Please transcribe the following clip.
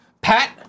Pat